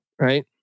right